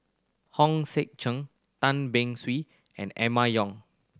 Hong Sek Chern Tan Beng Swee and Emma Yong